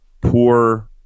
poor